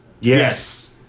Yes